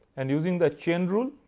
and using the chain rule,